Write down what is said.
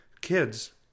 Kids